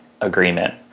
agreement